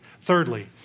Thirdly